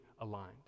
aligned